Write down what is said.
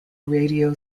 radio